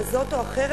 כזו או אחרת,